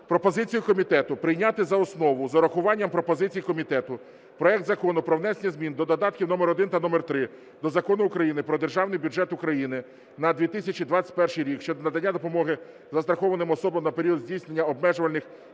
пропозицію комітету прийняти за основу, з урахуванням пропозицій комітету, проект Закону про внесення змін до додатків № 1 та № 3 до Закону України "Про Державний бюджет України на 2021 рік" (щодо надання допомоги застрахованим особам на період здійснення обмежувальних